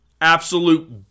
Absolute